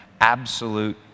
absolute